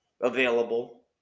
available